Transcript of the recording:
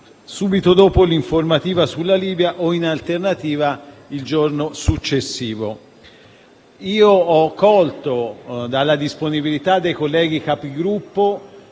subito dopo l'informativa sulla Libia o, in alternativa, il giorno successivo. Ho colto la disponibilità dei colleghi Capigruppo,